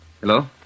Hello